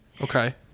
Okay